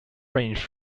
ranged